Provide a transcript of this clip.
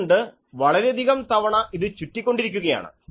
അതുകൊണ്ട് വളരെയധികം തവണ ഇത് ചുറ്റി കൊണ്ടിരിക്കുകയാണ്